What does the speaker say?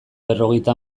berrogeita